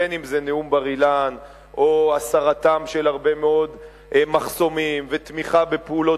אם נאום בר-אילן או הסרתם של הרבה מאוד מחסומים ותמיכה בפעולות